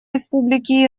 республики